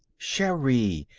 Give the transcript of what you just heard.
sherri!